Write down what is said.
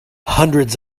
hundreds